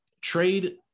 trade